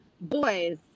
boys